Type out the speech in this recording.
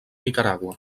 nicaragua